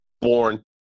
born